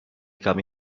kami